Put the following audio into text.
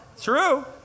True